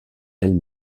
elle